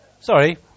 Sorry